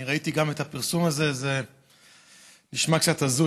אני ראיתי גם את הפרסום הזה, זה נשמע קצת הזוי.